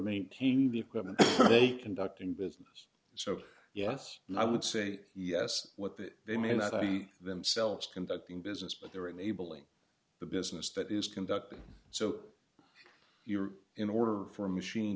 maintaining the equipment they conduct in business so yes i would say yes what that they may not be themselves conducting business but they are enabling the business that is conducting so you're in order for a machine